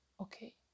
okay